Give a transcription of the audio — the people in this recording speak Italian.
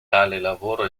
lavoro